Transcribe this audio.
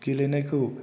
गेलेनायखौ